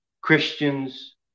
Christians